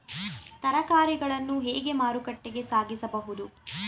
ತರಕಾರಿಗಳನ್ನು ಹೇಗೆ ಮಾರುಕಟ್ಟೆಗೆ ಸಾಗಿಸಬಹುದು?